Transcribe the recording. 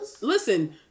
Listen